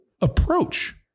approach